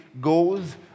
goes